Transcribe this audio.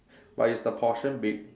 but is the portion big